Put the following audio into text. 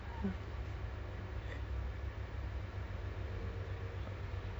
ya he's gonna get engaged then next year then married lah tengok macam mana lah because